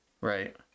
Right